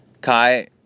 Kai